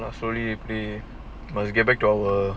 but surely they must get back to our